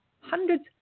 hundreds